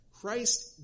Christ